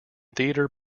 theatre